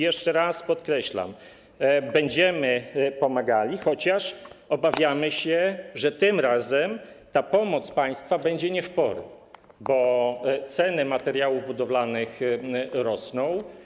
Jeszcze raz podkreślam, że będziemy pomagali, chociaż obawiamy się, że tym razem pomoc państwa będzie nie w porę, bo ceny materiałów budowlanych rosną.